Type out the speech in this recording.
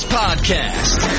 podcast